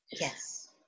Yes